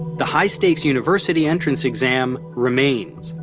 the high-stakes university entrance exam remains,